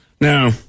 Now